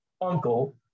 uncle